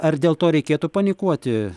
ar dėl to reikėtų panikuoti